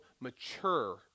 mature